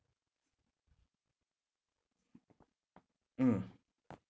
mm